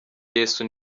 yesu